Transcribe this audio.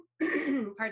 Pardon